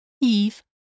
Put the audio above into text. eve